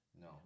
No